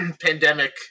pandemic